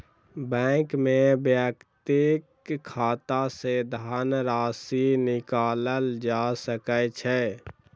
bank में व्यक्तिक खाता सॅ धनराशि निकालल जा सकै छै